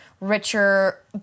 richer